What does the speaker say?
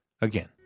again